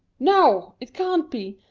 no! it can't be,